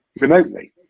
remotely